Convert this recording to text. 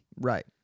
Right